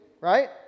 right